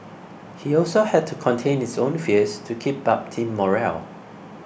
he also had to contain his own fears to keep up team morale